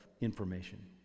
information